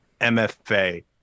MFA